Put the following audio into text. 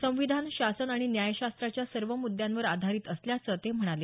संविधान शासन आणि न्यायशास्त्राच्या सर्व मुद्यांवर आधारित असल्याचं ते म्हणाले